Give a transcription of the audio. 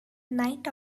night